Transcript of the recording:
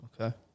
Okay